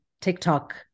TikTok